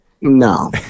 No